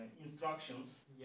instructions